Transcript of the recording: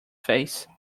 face